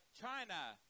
China